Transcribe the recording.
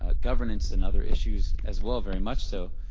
ah governance and other issues as well very much so,